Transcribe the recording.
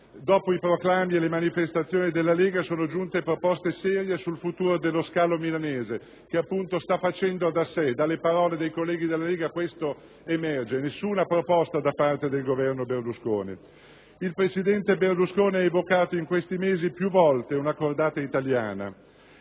dopo i proclami e le manifestazioni della Lega sono giunte proposte serie sul futuro dello scalo milanese, che appunto sta facendo da sé. Dalle parole dei colleghi della Lega questo emerge; nessuna proposta da parte del Governo Berlusconi. Il presidente Berlusconi ha evocato in questi mesi più volte una cordata italiana